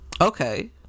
Okay